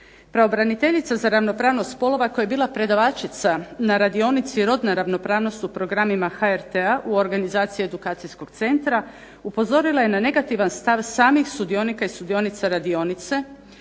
Pravobraniteljica za ravnopravnost spolova koja je bila predavačica na radionica rodna ravnopravnost u programima HRT-a u organizaciji edukacijskog centra upozorila je na negativan stav samih sudionika i sudionica radionice